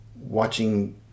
watching